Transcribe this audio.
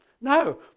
no